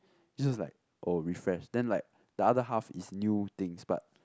it just like oh refresh then like the other half is new things but